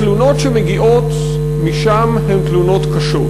התלונות שמגיעות משם הן תלונות קשות.